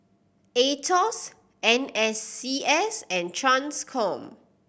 Aetos N S C S and Transcom